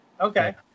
okay